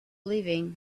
leaving